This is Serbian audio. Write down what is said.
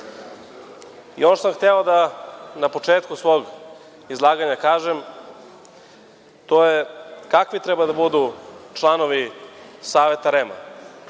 što sam hteo na početku svog izlaganja da kažem, to je kakvi treba da budu članovi Saveta REM